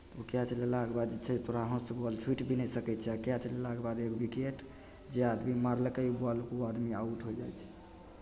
catch लेलाके बाद जे छै तोरा हाथसँ बॉल छुटि भी नहि सकै छै कैच लेलाके बाद एक विकेट जे आदमी मारलकै बॉलकेँ ओ आदमी आउट होय जाइ छै